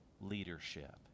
leadership